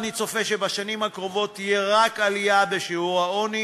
אני צופה שבשנים הקרובות תהיה רק עלייה בשיעור העוני